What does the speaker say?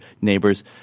neighbors